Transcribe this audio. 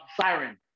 siren